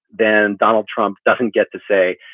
then donald trump doesn't get to say,